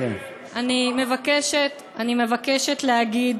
אני מבקשת להגיד